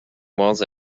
was